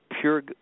pure